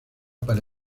para